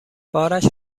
بارش